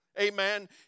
amen